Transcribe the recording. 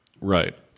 right